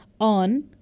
on